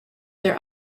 their